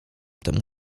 temu